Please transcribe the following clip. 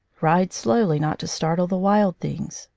ride slowly, not to startle the wild things.